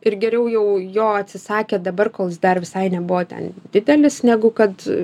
ir geriau jau jo atsisakė dabar kol jis dar visai nebuvo ten didelis negu kad